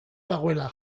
dagoela